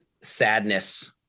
sadness